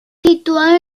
situado